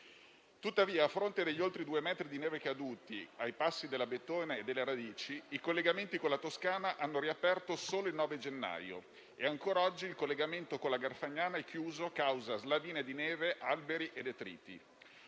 Tuttavia, a fronte degli oltre 2 metri di neve caduti ai passi dell'Abetone e delle Radici, i collegamenti con la Toscana hanno riaperto solo il 9 gennaio e ancora oggi il collegamento con la Garfagnana è chiuso causa slavine di neve, alberi e detriti.